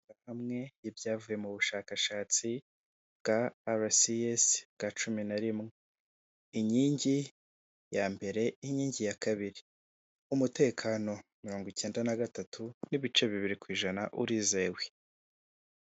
Amakuru amwe y'ibyavuye mu bushakashatsi bwa RCS bwa cumi na rimwe. Inkingi ya mbere n'inkingi ya kabiri. Umutekano mirongowi icyenda na gatatu n'ibice bibiri ku ijana urizewe.